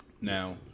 now